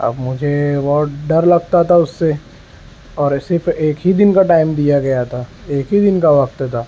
اب مجھے بہت ڈر لگتا تھا اس سے اور صرف ایک ہی دن کا ٹائم دیا گیا تھا ایک ہی دن کا وقت تھا